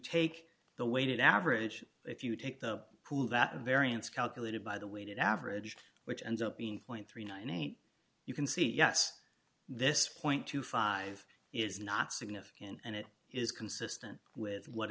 take the weighted average if you take the pool that variance calculated by the weighted average which ends up being point three hundred and ninety eight you can see yes this point twenty five is not significant and it is consistent with what